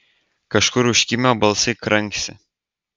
kažkur užkimę balsai kranksi